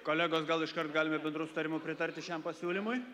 kolegos gal iškart galime bendru sutarimu pritarti šiam pasiūlymui